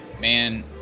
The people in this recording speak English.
man